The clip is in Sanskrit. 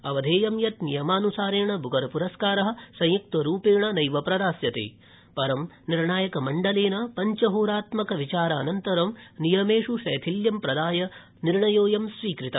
अवधेयम यत् नियमानुसारेण बुकर पुरस्कार संयुक्तरूपेण नैव प्रदास्यते परं निर्णायक मण्डलेन पञ्च होरात्मक विचारानन्तरं नियमेष् शैथिल्यं प्रदाय निर्णय स्वीकृत